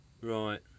right